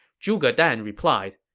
zhuge dan replied,